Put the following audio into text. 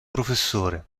professore